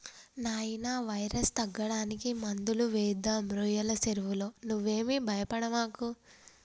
నాయినా వైరస్ తగ్గడానికి మందులు వేద్దాం రోయ్యల సెరువులో నువ్వేమీ భయపడమాకు